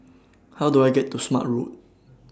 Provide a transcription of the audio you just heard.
How Do I get to Smart Road